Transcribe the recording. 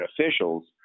officials